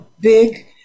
big